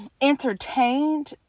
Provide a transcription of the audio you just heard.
entertained